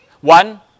One